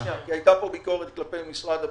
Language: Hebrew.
הייתה כאן ביקורת כלפי משרד הביטחון.